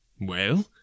Well